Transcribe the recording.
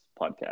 podcast